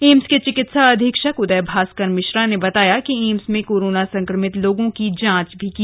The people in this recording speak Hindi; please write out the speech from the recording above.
एम्स के चिकित्सा अधीक्षक उदय भास्कर मिश्रा ने बताया कि एम्स में कोरोना सं क्र मित लोगों की जांच की जा रही है